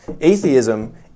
atheism